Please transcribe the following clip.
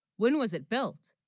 when was it built